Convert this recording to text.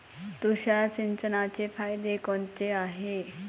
तुषार सिंचनाचे फायदे कोनचे हाये?